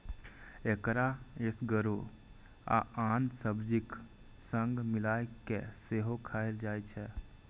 एकरा एसगरो आ आन सब्जीक संग मिलाय कें सेहो खाएल जाइ छै